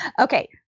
Okay